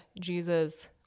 Jesus